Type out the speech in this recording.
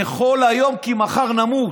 אכול היום כי מחר נמות.